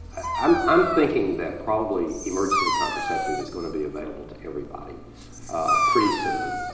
i'm i'm thinking that probably emergency contraceptive is going to be available to everybody pretty soon.